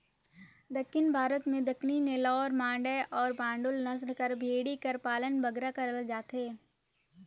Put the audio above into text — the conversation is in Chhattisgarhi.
दक्खिन भारत में दक्कनी, नेल्लौर, मांडय अउ बांडुल नसल कर भेंड़ी कर पालन बगरा करल जाथे